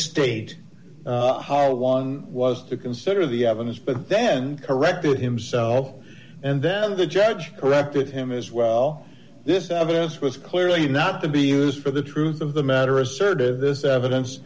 misstate how one was to consider the evidence but then corrected himself and then the judge corrected him as well this evidence was clearly not to be used for the truth of the matter asserted this evidence